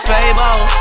Fable